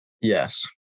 Yes